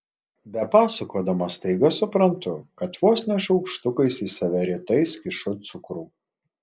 bepasakodama staiga suprantu kad vos ne šaukštukais į save rytais kišu cukrų